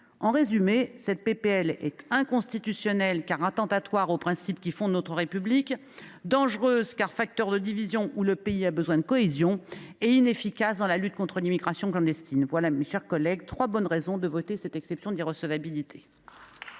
proposition de loi est inconstitutionnelle, car elle est attentatoire aux principes qui fondent notre République, dangereuse, car elle est facteur de division au moment où le pays a besoin de cohésion, et inefficace dans la lutte contre l’immigration clandestine. Voilà, mes chers collègues, trois bonnes raisons de voter cette exception d’irrecevabilité.